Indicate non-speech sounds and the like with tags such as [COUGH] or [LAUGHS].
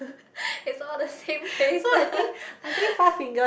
[LAUGHS] is all the same place [LAUGHS]